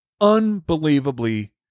unbelievably